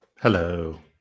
Hello